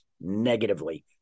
negatively